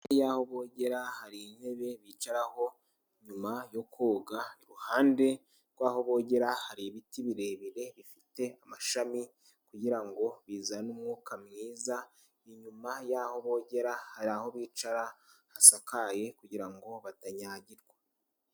Hafi y'aho bogera hari intebe bicaraho nyuma yo koga, iruhande rw'aho bogera hari ibiti birebire bifite amashami kugira ngo bizane umwuka mwiza, inyuma y'aho bogera hari aho bicara hasakaye kugira ngo batanyagirwa.